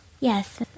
Yes